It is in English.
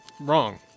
Wrong